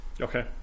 Okay